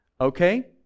okay